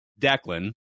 Declan